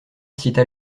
cita